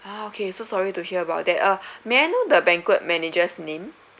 ah okay so sorry to hear about that uh may I know the banquet manager's name